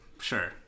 Sure